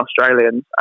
Australians